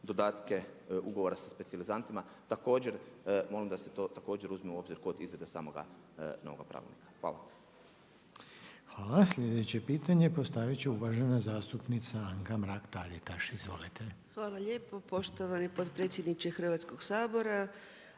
dodatke ugovora sa specijalizantima. Također molim da se to također uzme u obzir kod izrade samoga novoga pravilnika. Hvala. **Reiner, Željko (HDZ)** Hvala. Slijedeće pitanje postavit će uvažena zastupnica Anka Mrak-Taritaš. Izvolite. **Mrak-Taritaš, Anka (HNS)** Hvala lijepo poštovani potpredsjedniče Hrvatskog sabora,